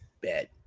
Bad